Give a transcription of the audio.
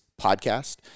podcast